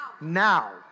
Now